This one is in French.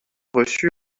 reçut